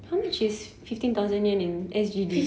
how much is fifteen thousand yen in S_G_D